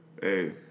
Hey